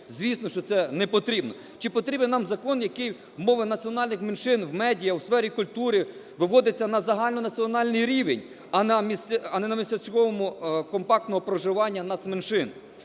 Звісно, що це не потрібно. Чи потрібен нам закон, який мови національних меншин в медіа, в сфері культури виводить на загальнонаціональний рівень, а не на містечковому… компактного проживання нацменшин?